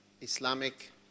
Islamic